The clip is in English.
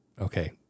okay